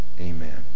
Amen